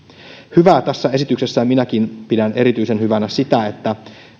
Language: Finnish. tässä esityksessä minäkin pidän erityisen hyvänä sitä että